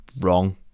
wrong